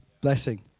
blessing